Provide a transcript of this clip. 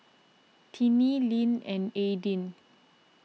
Tinnie Linn and Aidyn